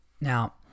now